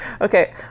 Okay